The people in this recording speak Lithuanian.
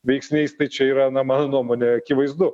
veiksniais tai čia yra na mano nuomone akivaizdu